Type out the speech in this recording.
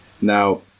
Now